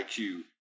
IQ